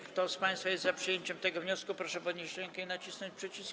Kto z państwa jest za przyjęciem tego wniosku, proszę podnieść rękę i nacisnąć przycisk.